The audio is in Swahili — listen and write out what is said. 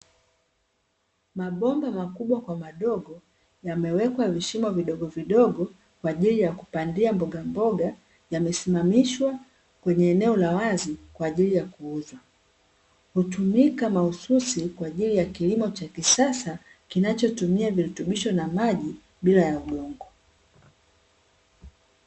Mabomba makubwa kwa madogo, yamewekwa vishimo vidogovidogo kwa ajili ya kupandia mbogamboga, yamesimamishwa kwenye eneo la wazi kwa ajili ya kuuzwa. Hutumika mahususi kwa ajili ya kilimo cha kisasa, kinachotumia virutubisho na maji bila ya udongo.